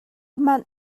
manh